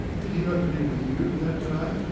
did he not live with you from that time,